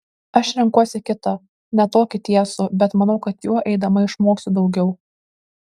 aš renkuosi kitą ne tokį tiesų bet manau kad juo eidama išmoksiu daugiau